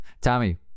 Tommy